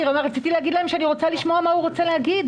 רציתי להגיד להם שאני רוצה לשמוע את מה שהוא רוצה להגיד.